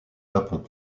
japon